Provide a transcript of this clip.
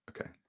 Okay